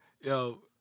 Yo